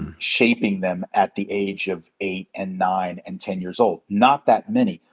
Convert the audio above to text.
shaping them at the age of eight and nine and ten years old? not that many.